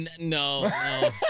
no